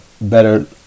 better